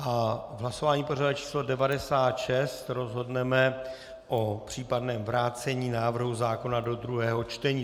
V hlasování pořadové číslo 96 rozhodneme o případném vrácení návrhu zákona do druhého čtení.